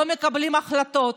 לא מקבלים החלטות,